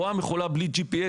רואה מכולה בלי GPS,